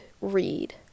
read